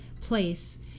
place